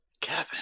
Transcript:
kevin